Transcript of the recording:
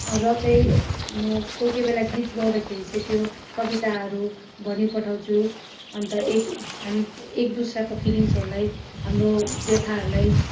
र चाहिँ म कोही कोही बेला गीत गाउँदाखेरि चाहिँ त्यो कविताहरू भनि पठाउँछु अन्त एक हामी एक दुसराको फिलिङ्ग्सहरूलाई हाम्रो व्यथाहरूलाई